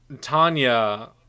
tanya